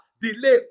Delay